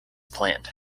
planned